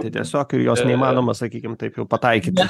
tai tiesiog ir jos neįmanoma sakykim taip jau pataikyti